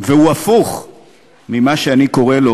והוא הפוך ממה שאני קורא לו